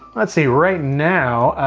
let's see, right now,